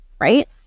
right